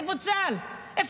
איפה צה"ל?